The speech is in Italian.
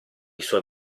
suoi